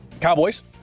cowboys